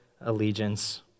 allegiance